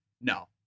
No